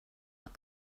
like